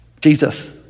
Jesus